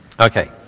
Okay